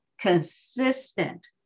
consistent